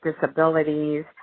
disabilities